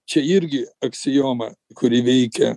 čia irgi aksioma kuri veikia